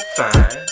fine